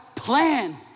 plan